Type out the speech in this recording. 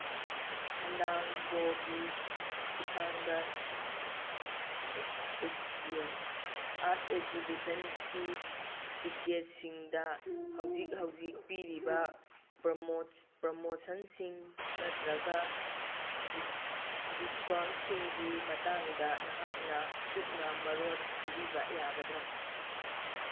ꯐꯗꯥꯡꯒꯣꯒꯤ ꯈꯨꯠꯊꯥꯡꯗ ꯑꯥꯔꯠ ꯑꯦꯛꯖꯤꯕꯤꯁꯟꯒꯤ ꯇꯤꯀꯦꯠꯁꯤꯡꯗ ꯍꯧꯖꯤꯛ ꯍꯧꯖꯤꯛ ꯄꯤꯔꯤꯕ ꯄ꯭ꯔꯣꯃꯣꯁꯟꯁꯤꯡ ꯅꯠꯇ꯭ꯔꯒ ꯗꯤꯁꯀꯥꯎꯟꯁꯤꯡꯒꯤ ꯃꯇꯥꯡꯗ ꯅꯍꯥꯛꯅ ꯀꯨꯞꯅ ꯃꯔꯣꯜ ꯄꯤꯕꯤꯕ ꯌꯥꯒꯗ꯭ꯔꯥ